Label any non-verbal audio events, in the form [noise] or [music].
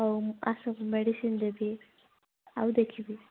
ହଉ [unintelligible] ଆସ ମେଡ଼ିସିନ୍ ଦେବି ଆଉ ଦେଖିବି